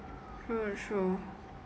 true true